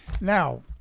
Now